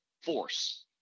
force